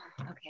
okay